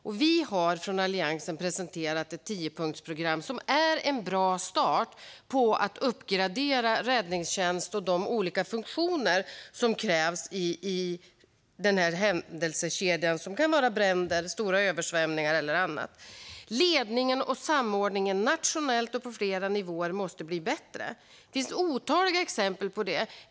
Och vi i Alliansen har presenterat ett tiopunktsprogram som är en bra start för att uppgradera räddningstjänsten och de olika funktioner som krävs i händelsekedjor som vid bränder, stora översvämningar och annat. Ledningen och samordningen, nationellt och på flera nivåer, måste bli bättre. Det finns otaliga exempel på det.